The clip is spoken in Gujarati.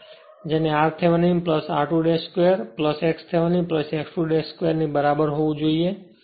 કે જેને r Thevenin r2 2 x Thevenin x 2 2 ની બરાબર હોવું જોઈએ